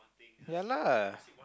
ya lah